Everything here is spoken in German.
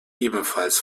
ebenfalls